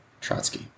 Trotsky